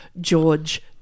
George